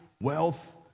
wealth